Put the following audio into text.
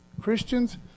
Christians